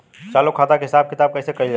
चालू खाता के हिसाब किताब कइसे कइल जाला?